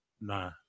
Nah